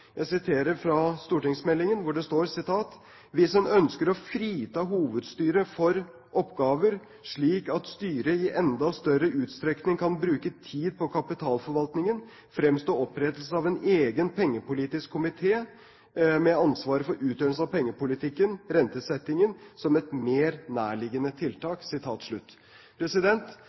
Jeg siterer fra stortingsmeldingen: «Hvis en ønsker å frita hovedstyret for oppgaver slik at styret i enda større utstrekning kan bruke tid på kapitalforvaltningen, framstår opprettelse av en egen pengepolitisk komité med ansvaret for utøvelse av pengepolitikken som et mer nærliggende tiltak.»